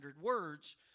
words